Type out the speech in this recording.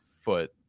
foot